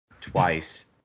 twice